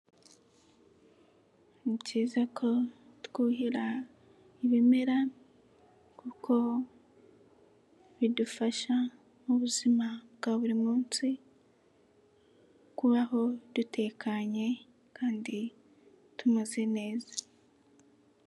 Ni byiza ko twuhira ibimera kuko bidufasha muzima bwa buri munsi kubaho dutekanye kandi tumeze neza.